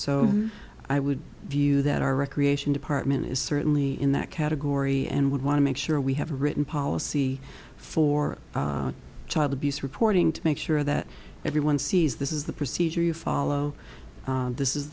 so i would view that our recreation department is certainly in that category and would want to make sure we have a written policy for child abuse reporting to make sure that everyone sees this is the procedure you follow this is